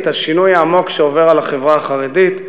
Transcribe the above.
את השינוי העמוק שעובר על החברה החרדית,